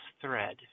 thread